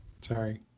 sorry